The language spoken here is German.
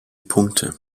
punkte